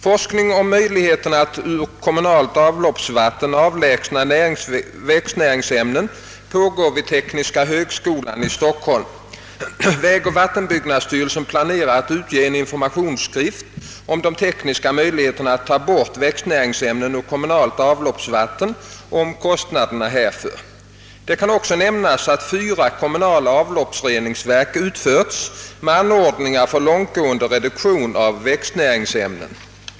Forskning om möjligheterna att ur kommunalt avloppsvatten «avlägsna växtnäringsämnen pågår vid tekniska högskolan i Stockholm. Vägoch vattenbyggnadsstyrelsen planerar att utge en informationsskrift om de tekniska möjligheterna att ta bort växtnäringsäm nen ur kommunalt avloppsvatten och om kostnaderna härför. Det kan också nämnas att fyra kommunala avloppsreningsverk utförts med anordningar för långtgående reduktion av växtnäringsämnen.